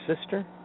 sister